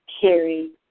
carry